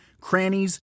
crannies